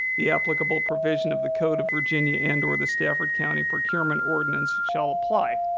the applicable provision of the code of virginia and or the stafford county procurement ordinance shall apply.